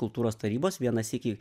kultūros tarybos vieną sykį